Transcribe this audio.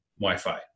wi-fi